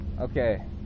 Okay